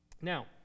Now